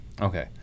Okay